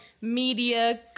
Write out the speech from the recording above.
media